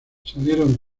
salieron